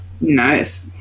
Nice